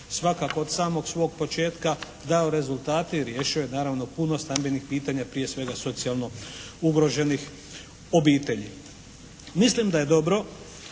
svakako od samog svog početka dao rezultate i riješio je naravno puno stambenih pitanja prije svega socijalno ugroženih obitelji. Mislim da je dobro